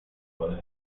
poder